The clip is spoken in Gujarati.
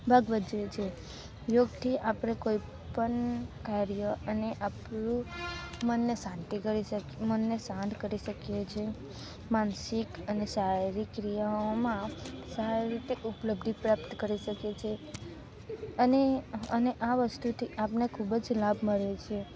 ભાગ ભજવે છે યોગથી આપણે કોઈપણ કાર્ય અને આપણું મનને મનને શાંત કરી શકીએ છીએ માનસિક અને શારીરિક ક્રિયાઓમાં સારી રીતે ઉપલબ્ધિ પ્રાપ્ત કરી શકીએ છીએ અને અને આ વસ્તુથી આપણને ખૂબ જ લાભ મળે છે